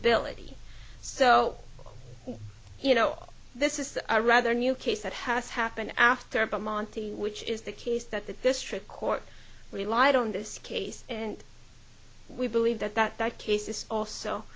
ability so you know this is a rather new case that has happened after about monte which is the case that the district court relied on this case and we believe that that case is also